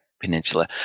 peninsula